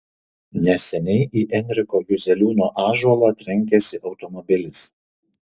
neseniai į enriko juzeliūno ąžuolą trenkėsi automobilis